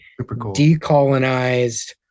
decolonized